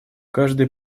каждый